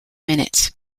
minutes